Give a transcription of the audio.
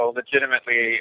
legitimately